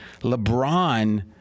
LeBron